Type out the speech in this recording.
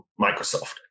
Microsoft